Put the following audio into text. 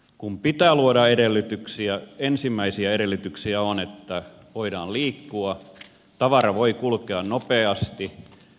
kun pitää luoda edellytyksiä ensimmäisiä edellytyksiä on että voidaan liikkua tavara voi kulkea nopeasti